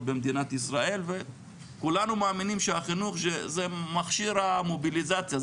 במדינת ישראל וכולנו מאמינים שהחינוך זה מכשיר המוביליזציה,